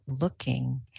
looking